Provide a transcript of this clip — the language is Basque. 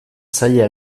zaila